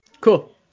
Cool